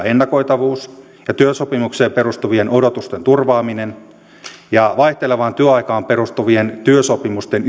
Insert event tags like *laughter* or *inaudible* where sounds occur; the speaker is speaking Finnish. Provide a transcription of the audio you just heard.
*unintelligible* ennakoitavuuteen työsopimukseen perustuvien odotusten turvaamiseen ja vaihtelevaan työaikaan perustuvien työsopimusten *unintelligible*